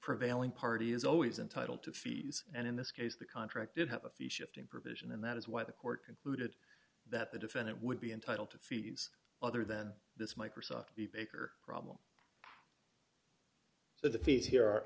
prevailing party is always entitled to fees and in this case the contract did have a fee shifting provision and that is why the court concluded that the defendant would be entitled to fees other than this microsoft be bigger problem so the